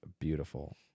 beautiful